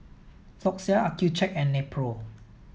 Floxia Accucheck and Nepro